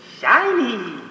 Shiny